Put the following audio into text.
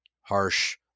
Harsh